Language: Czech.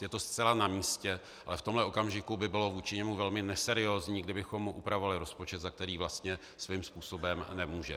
Je to zcela namístě, ale v tomhle okamžiku by bylo vůči němu velmi neseriózní, kdybychom mu upravovali rozpočet, za který vlastně svým způsobem nemůže.